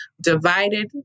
divided